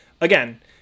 again